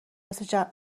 واسه